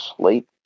sleep